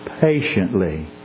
patiently